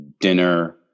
dinner